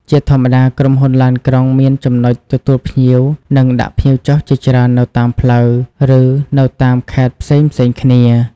ជាធម្មតា ក្រុមហ៊ុនឡានក្រុងមានចំណុចទទួលភ្ញៀវ និងដាក់ភ្ញៀវចុះជាច្រើននៅតាមផ្លូវ ឬនៅតាមខេត្តផ្សេងៗគ្នា។